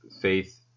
faith